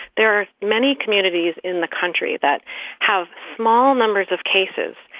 there are many communities in the country that have small numbers of cases,